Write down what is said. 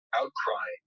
outcry